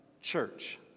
church